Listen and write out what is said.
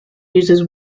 uses